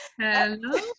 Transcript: Hello